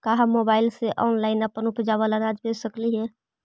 का हम मोबाईल से ऑनलाइन अपन उपजावल अनाज बेच सकली हे?